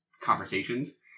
conversations